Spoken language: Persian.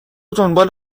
دنبال